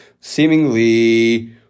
Seemingly